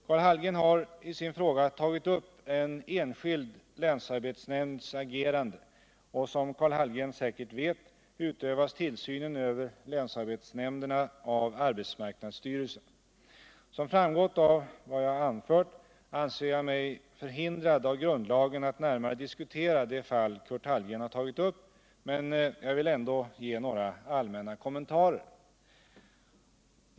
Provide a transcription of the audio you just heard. Karl Hallgren har i sin fråga tagit upp en enskild länsarbetsnämnds agerande, och som Karl Hallgren säkert vet utövas tillsynen över länsarbetsnämnderna av arbetsmarknadsstyrelsen. Som framgått av vad jag anfört anser jag mig förhindrad av grundlagen att närmare diskutera det fall Karl Hallgren har tagit upp, men jag vill ändå ge några allmänna kommentarer.